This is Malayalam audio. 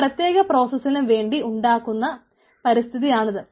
ഒരു പ്രത്യേക പ്രോസസ്സിന് വേണ്ടി ഉണ്ടാകുന്ന പരിസ്ഥിതി ആണത്